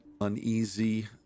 uneasy